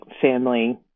family